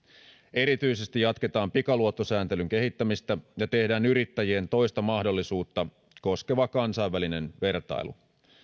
erityisesti jatketaan pikaluottosääntelyn kehittämistä ja tehdään yrittäjien toista mahdollisuutta koskeva kansainvälinen vertailu